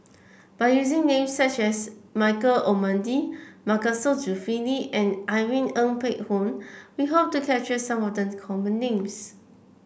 by using names such as Michael Olcomendy Masagos Zulkifli and Irene Ng Phek Hoong we hope to capture some of the common names